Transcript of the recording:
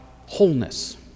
wholeness